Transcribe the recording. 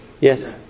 Yes